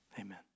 Amen